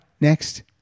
next